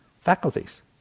faculties